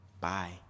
Bye